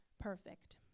perfect